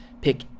pick